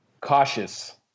Cautious